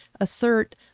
assert